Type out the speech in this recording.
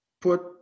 put